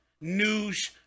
News